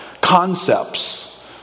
Concepts